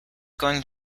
going